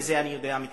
ואת זה אני יודע מקרוב,